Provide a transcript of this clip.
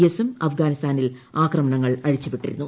എസും അഫ്ഗാനിസ്ഥാനിൽ ആക്രമണങ്ങൾ അഴിച്ചു വിട്ടിരുന്നു